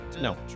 No